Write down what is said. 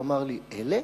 הוא אמר לי: אלה?